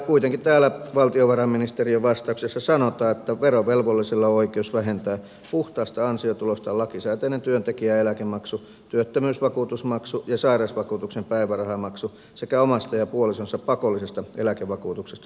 kuitenkin täällä valtiovarainministeriön vastauksessa sanotaan että verovelvollisella on oikeus vähentää puhtaasta ansiotulostaan lakisääteinen työntekijän eläkemaksu työttömyysvakuutusmaksu ja sairausvakuutuksen päivärahamaksu sekä omasta ja puolisonsa pakollisista eläkevakuutuksista suorittamansa maksu